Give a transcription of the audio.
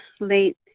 late